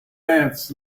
ants